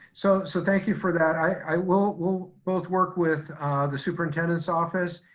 so so thank you for that. i will will both work with the superintendent's office.